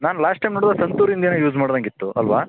ನಾನು last time ನೋಡಿದಾಗ ಸಂತೂರಿಂದೇನೊ ಯೂಸ್ ಮಾಡ್ದಾಗಿತ್ತು ಅಲ್ಲವಾ